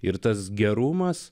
ir tas gerumas